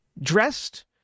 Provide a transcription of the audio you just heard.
dressed